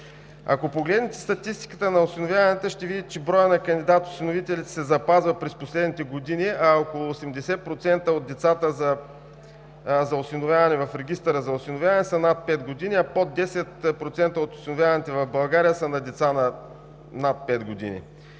Ако погледнете статистиката на осиновяванията, ще видите, че броят на кандидат-осиновителите се запазва през последните години, около 80% от децата за осиновяване в Регистъра за осиновяване са над 5 години, под 10% от осиновяванията в България са на деца над 5 години,